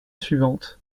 suivante